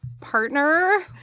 partner